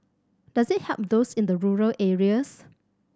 does it help those in the rural areas